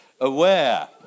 Aware